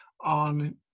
on